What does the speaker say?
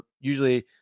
usually